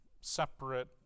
separate